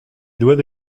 doigts